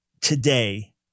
today